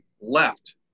left